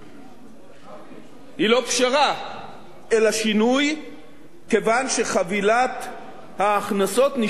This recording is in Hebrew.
היא לא פשרה אלא שינוי כיוון שחבילת ההכנסות נשארת בדיוק כפי שהיתה,